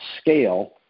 scale